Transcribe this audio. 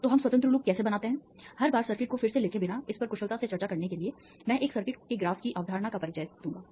तो हम स्वतंत्र लूप कैसे बनाते हैं हर बार सर्किट को फिर से लिखे बिना इस पर कुशलता से चर्चा करने के लिए मैं एक सर्किट के ग्राफ की अवधारणा का परिचय दूंगा